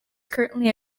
currently